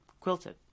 Quilted